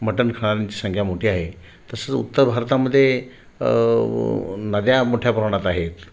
mutton खाणाऱ्यांची संख्या मोठी आहे तसं उत्तर भारतामध्ये नद्या मोठ्या प्रमाणात आहेत